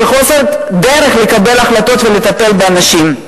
של חוסר דרך לקבל החלטות ולטפל באנשים.